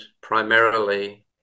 primarily